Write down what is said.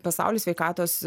pasaulio sveikatos